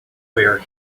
where